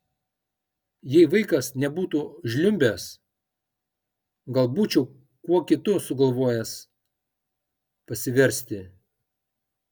jei vaikas nebūtų žliumbęs gal būčiau kuo kitu sugalvojęs pasiversti